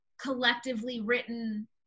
collectively-written